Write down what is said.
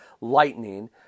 lightning